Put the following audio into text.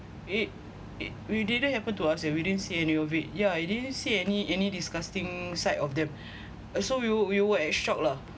it it we didn't happen to us and we didn't see any of it yeah it didn't see any any disgusting sight of them also we we were at shocked lah